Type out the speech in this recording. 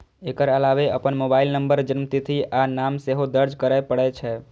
एकर अलावे अपन mobile number, जन्मतिथि आ नाम सेहो दर्ज करय पड़ै छै